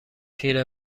پیر